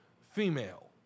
female